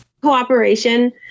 cooperation